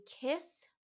kiss